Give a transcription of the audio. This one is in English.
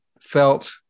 felt